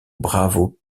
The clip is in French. bravo